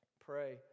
Pray